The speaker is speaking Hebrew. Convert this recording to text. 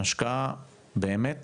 השקעה שהיא באמת